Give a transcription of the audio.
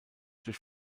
durch